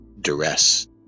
duress